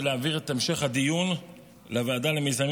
ולהעביר את המשך הדיון לוועדה למיזמים